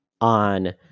on